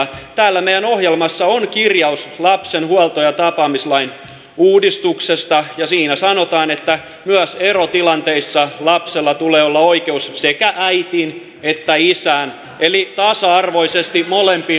täällä meidän ohjelmassamme on kirjaus lapsen huolto ja tapaamislain uudistuksesta ja siinä sanotaan että myös erotilanteessa lapsella tulee olla oikeus sekä äitiin että isään eli tasa arvoisesti molempiin sukupuoliin